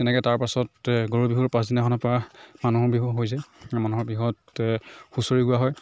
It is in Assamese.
ঠিক তেনেকৈ তাৰ পাছত গৰু বিহুৰ পাছদিনাখনৰ পৰা মানুহ বিহু হৈ যায় মানুহৰ বিহুতে হুচৰি গোৱা হয়